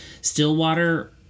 Stillwater